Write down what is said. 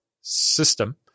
system